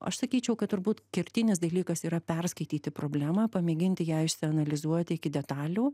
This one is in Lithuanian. aš sakyčiau kad turbūt kertinis dalykas yra perskaityti problemą pamėginti ją analizuoti iki detalių